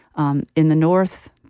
um in the north,